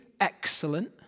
excellent